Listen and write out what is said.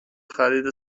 خرید